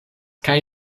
kaj